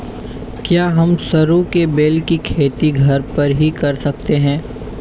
क्या हम सरू के बेल की खेती घर पर ही कर सकते हैं?